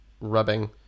rubbing